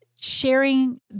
sharing